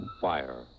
fire